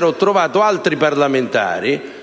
ho trovato altri parlamentari